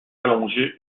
allongé